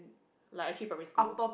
like actually primary school